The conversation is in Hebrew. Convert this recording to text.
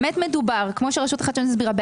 מדובר כפי שרשות החדשנות הסבירה,